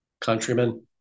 countrymen